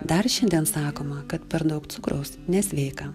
dar šiandien sakoma kad per daug cukraus nesveika